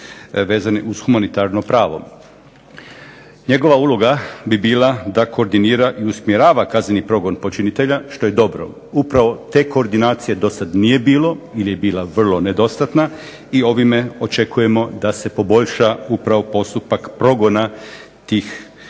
vezane uz humanitarno pravo. Njegova uloga bi bila da koordinira i usmjerava kazneni progon počinitelja što je dobro. Upravo te koordinacije do sad nije bilo ili je bila vrlo nedostatna i ovime očekujemo da se poboljša upravo postupak progona tih osoba.